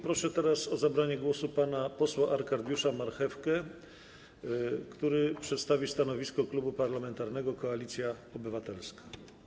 Proszę teraz o zabranie głosu pana posła Arkadiusza Marchewkę, który przedstawi stanowisko Klubu Parlamentarnego Koalicja Obywatelska.